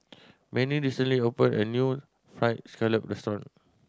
Manie recently opened a new Fried Scallop restaurant